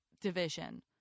division